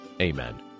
Amen